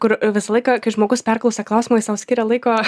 kur visą laiką kai žmogus perklausia klausimą jis sau skiria laiko